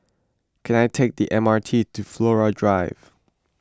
can I take the M R T to Flora Drive